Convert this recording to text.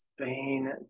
Spain